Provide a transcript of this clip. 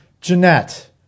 Jeanette